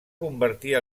convertir